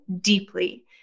deeply